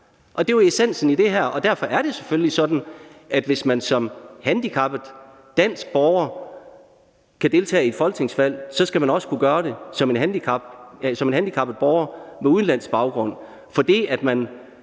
Det er jo essensen i det her, og derfor er det selvfølgelig sådan, at hvis man som handicappet dansk borger kan deltage i et folketingsvalg, skal man også kunne gøre det som en handicappet borger med udenlandsk baggrund.